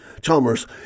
Chalmers